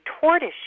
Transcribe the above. tortoise